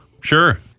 Sure